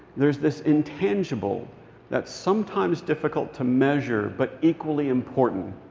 there's this intangible that's sometimes difficult to measure but equally important.